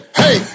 hey